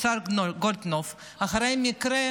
השר גולדקנופ, גוטליב זאת טלי.